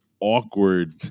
awkward